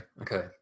okay